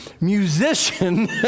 musician